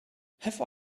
have